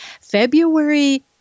February